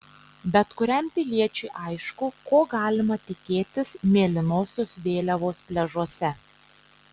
bet kuriam piliečiui aišku ko galima tikėtis mėlynosios vėliavos pliažuose